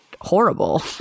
horrible